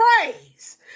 praise